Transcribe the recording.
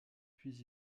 puis